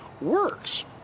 works